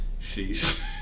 Sheesh